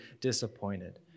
disappointed